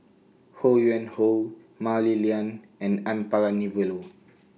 Ho Yuen Hoe Mah Li Lian and N Palanivelu